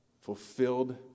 fulfilled